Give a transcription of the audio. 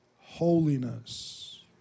holiness